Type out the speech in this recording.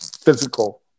physical